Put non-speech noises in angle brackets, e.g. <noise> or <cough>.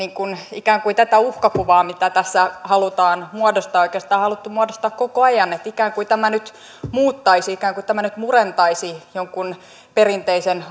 ikään kuin tätä uhkakuvaa mitä tässä halutaan muodostaa oikeastaan on haluttu muodostaa koko ajan että ikään kuin tämä nyt muuttaisi ikään kuin tämä nyt murentaisi jonkun perinteisen <unintelligible>